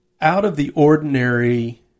out-of-the-ordinary